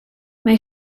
mae